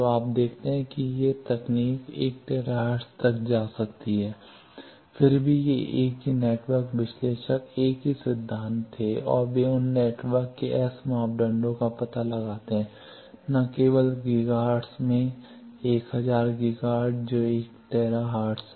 तो आप देखते हैं कि ये तकनीक 1 टेरा हर्ट्ज तक जा सकती है फिर भी ये एक ही नेटवर्क विश्लेषक एक ही सिद्धांत थे और वे उन नेटवर्क के एस मापदंडों का पता लगाते हैं न केवल गीगा हर्ट्ज में 1000 गीगा हर्ट्ज जो है 1 टेरा हर्ट्ज